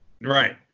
Right